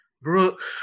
Brooke